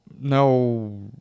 no